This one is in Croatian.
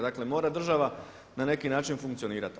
Dakle, mora država na neki način funkcionirati.